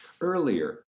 Earlier